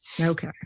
Okay